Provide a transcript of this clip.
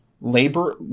labor